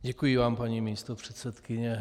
Děkuji vám, paní místopředsedkyně.